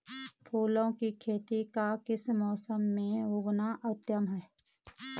फूलों की खेती का किस मौसम में उगना उत्तम है?